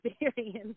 experience